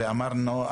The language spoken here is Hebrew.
ואמרנו,